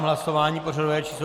Hlasování pořadové číslo 252.